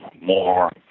more